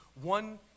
one